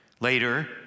Later